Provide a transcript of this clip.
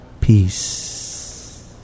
Peace